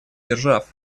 держав